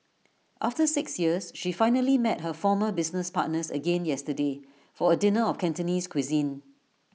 after six years she finally met her former business partners again yesterday for A dinner of Cantonese cuisine